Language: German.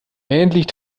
endlich